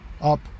up